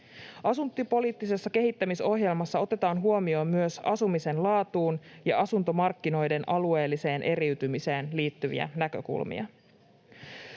Asuntopoliittisessa kehittämisohjelmassa otetaan huomioon ja tarkastellaan myös asumisen laatuun ja asuntomarkkinoiden alueelliseen eriytymiseen liittyviä näkökulmia.